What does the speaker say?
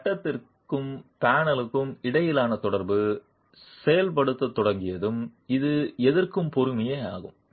சட்டத்திற்கும் பேனலுக்கும் இடையிலான தொடர்பு செயல்படுத்தத் தொடங்கியதும் இது எதிர்க்கும் பொறிமுறையாகும்